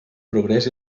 progrés